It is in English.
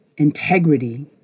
integrity